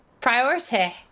priority